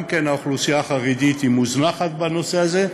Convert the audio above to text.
גם האוכלוסייה החרדית מוזנחת בנושא הזה,